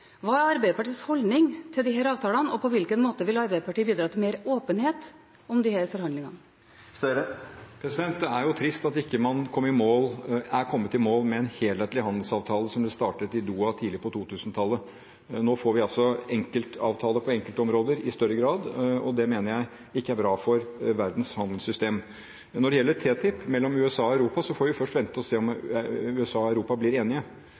Hva er Arbeiderpartiets holdning til disse avtalene, og på hvilken måte vil Arbeiderpartiet bidra til mer åpenhet om disse forhandlingene? Det er trist at man ikke er kommet i mål med en helhetlig handelsavtale, som ble startet i Doha tidlig på 2000-tallet. Nå får vi altså enkeltavtaler på enkeltområder i større grad. Det mener jeg ikke er bra for verdens handelssystem. Når det gjelder TTIP mellom USA og Europa, får vi først vente og se om USA og Europa blir enige.